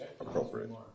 appropriate